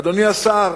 אדוני השר,